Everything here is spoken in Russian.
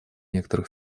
некоторых